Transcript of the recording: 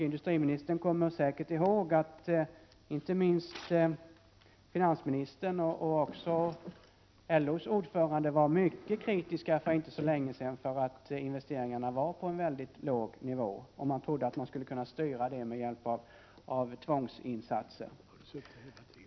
Industriministern kommer säkert ihåg att inte minst finansministern och LO:s ordförande var mycket kritiska för inte så länge sedan för att investeringarna var på en mycket låg nivå. Man trodde att man skulle kunna styra dem med hjälp av tvångsinsatser.